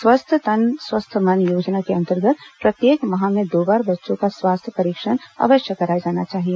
स्वस्थ तन स्वस्थ मन योजना के अंतर्गत प्रत्येक माह में दो बार बच्चों का स्वास्थ्य परीक्षण अवश्य कराया जाना चाहिए